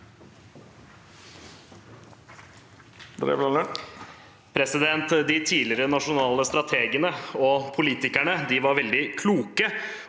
De tidligere nasjonale strategene og politikerne var veldig kloke,